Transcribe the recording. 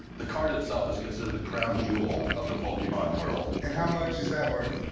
the card itself is considered the crown jewel of the pokemon world. and how much is that worth?